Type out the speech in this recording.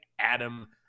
Adam